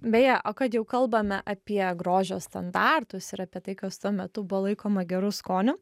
beje o kad jau kalbame apie grožio standartus ir apie tai kas tuo metu buvo laikoma geru skoniu